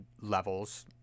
levels